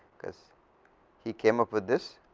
because he came up with this